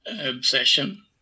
obsession